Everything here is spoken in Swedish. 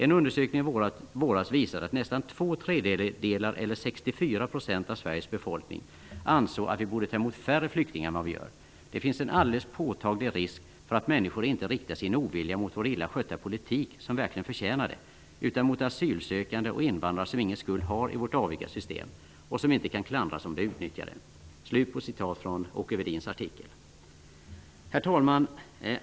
En undersökning i våras visade att nästan två tredjedelar eller 64 procent av Sveriges befolkning ansåg att vi borde ta emot färre ''flyktingar'' än vad vi gör. Det finns en alldeles påtaglig risk för att människor inte riktar sin ovilja mot vår illa skötta politik, som verkligen förtjänar det, utan mot asylsökande och invandrare som ingen skuld har i vårt aviga system. Och som inte kan klandras om de utnyttjar det.'' Herr talman!